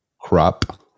crop